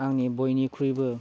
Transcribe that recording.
आंनि बयनिख्रुइबो